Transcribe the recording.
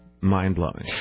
mind-blowing